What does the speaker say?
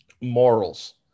morals